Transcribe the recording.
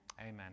Amen